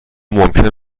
ممکن